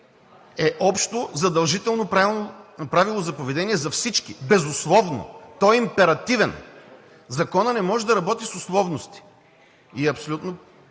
е общо задължително правило за поведение за всички безусловно, той е императивен. Законът не може да работи с условности. Абсолютно